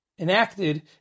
enacted